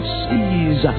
sees